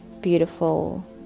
beautiful